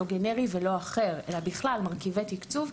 לא גנרי ולא אחר אלא בכלל מרכיבי תקצוב,